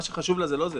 מה שחשוב לה זה לא זה,